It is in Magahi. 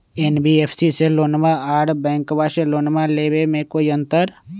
एन.बी.एफ.सी से लोनमा आर बैंकबा से लोनमा ले बे में कोइ अंतर?